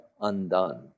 undone